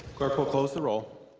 clerk will close the roll.